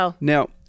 Now